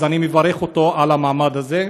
אז אני מברך אותו על המעמד הזה.